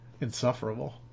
insufferable